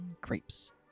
Grapes